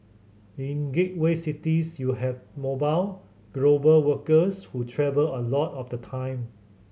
in gateway cities you have mobile global workers who travel a lot of the time